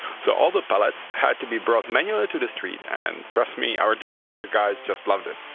so all the pallets had to be brought manually to the street, and trust me, our delivery guys just loved it.